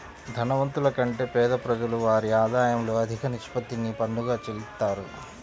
ధనవంతుల కంటే పేద ప్రజలు వారి ఆదాయంలో అధిక నిష్పత్తిని పన్నుగా చెల్లిత్తారు